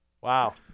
Wow